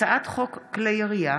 הצעת חוק כלי ירייה